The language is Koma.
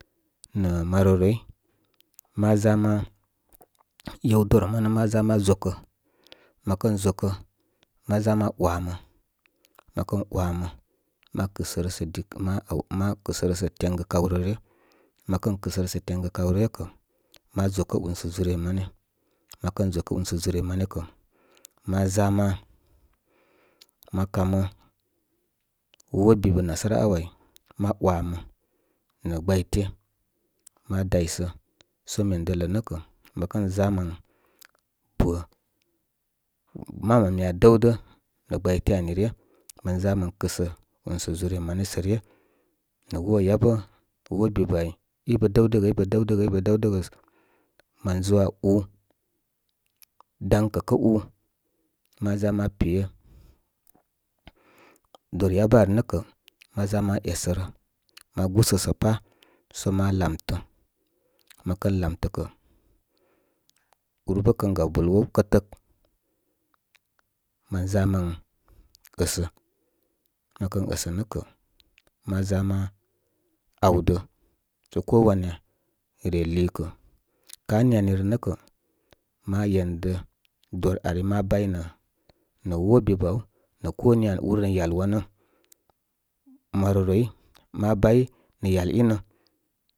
Nə̀ maroroi. Ma ʒa ma yew lor manə ma ʒa ma ʒokə. Mə kən ʒokə ma ʒa ma wa mə. Mə kən wamə. Ma kɨsərə sə̀ dik ma àw, ma kɨsərə sə̀ təŋgə kaw rə ryə. Məkən kɨsərə sə teŋgə kaaw rə ryə kə, ma ʒokə ùnsə̀ ʒùre’ mane. Ma ʒokə únsə̀ ʒure’ mane. Ma ʒokə unsə̀ ʒìre mane kə’. Ma ʒa ma, ma kamə wor bibə nasara áw áy. Ma waimə nə̀ gbay te ma daysə. Sə men dələ nə́ kə’ mə kən ʒa mən bə’, mam aní aa dəw də nə̀ gbayte ani, ryə mən ʒa mən kɨsə usə’ ʒure’ man sə’ ryə nə̀ wor yabə wo’ bibə áy í bə dowdəgə í bə dəwdəgə, í bə’ dəwdəgə í bə dəwdə gə sə, mən ʒo aa ú, daŋkə̀ kə’ ú, ma ʒa mən pey dor yabə ar nəkə ma ʒa, ma esərə, ma gusə sə’ pa’ sə ma lam tə. Mə kər lamtə kə̀. Ur bə kən gaw bul wow kətək. Mən ʒa mən ə̀sə. Mə kən ə̀sə nə́ kə̀ ma ʒa ma aw də sə ko wanya re lilkə. Ka’ mi ani rə nə kə, ma yendə dor arí ma bay nə̀, nə wo’ bibə aw nə̀ ko miya. Úr nə̀ yal wanə. Maroroi ma bay nə̄ yal inə.